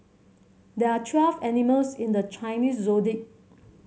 there are twelve animals in the Chinese Zodiac